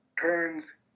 turns